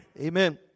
Amen